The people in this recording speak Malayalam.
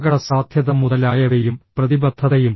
അപകടസാധ്യത മുതലായവയും പ്രതിബദ്ധതയും